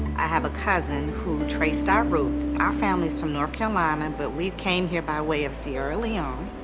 i have a cousin who traced our roots, our family is from north carolina, um and but we came here by way of sierra leone,